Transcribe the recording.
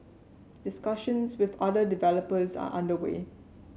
discussions with other developers are under way